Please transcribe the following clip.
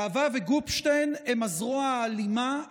להב"ה וגופשטיין הם הזרוע האלימה,